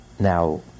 Now